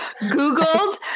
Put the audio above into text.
Googled